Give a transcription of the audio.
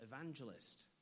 evangelist